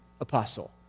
apostle